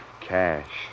Cash